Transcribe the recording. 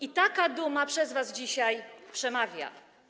I taka duma przez was dzisiaj przemawia.